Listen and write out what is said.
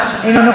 אינו נוכח,